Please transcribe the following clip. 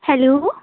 hello